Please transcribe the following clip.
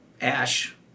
Ash